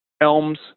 Elms